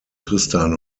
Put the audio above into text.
tristan